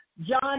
john